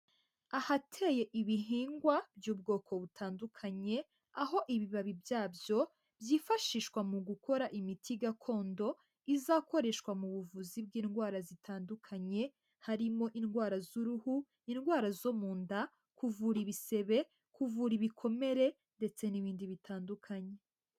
Ahateye ibihingwa by'ubwoko butandukanye, aho ibibabi byabyo byifashishwa mu gukora imiti gakondo izakoreshwa mu buvuzi bw'indwara zitandukanye, harimo indwara z'uruhu, indwara zo mu nda, kuvura ibisebe, kuvura ibikomere ndetse n'ibindi bitandukanye.